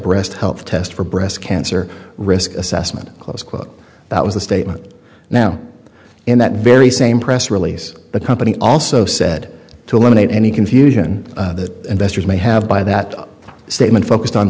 breast health test for breast cancer risk assessment close quote that was the statement now in that very same press release the company also said to eliminate any confusion that investors may have by that statement focused on